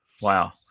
wow